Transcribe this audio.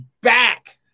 back